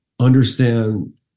understand